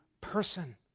person